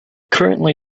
currently